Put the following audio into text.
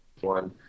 one